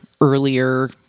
earlier